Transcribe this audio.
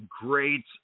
great